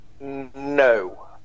no